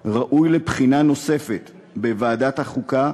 ראוי לבחינה נוספת בוועדת החוקה,